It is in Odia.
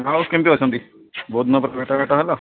ହଁ ଆଉ କେମିତି ଅଛନ୍ତି ବହୁତ ଦିନ ପରେ ଭେଟା ଭେଟ ହେଲା